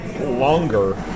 longer